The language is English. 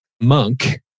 monk